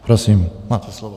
Prosím, máte slovo.